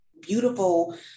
beautiful